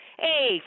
Hey